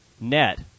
net